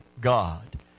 God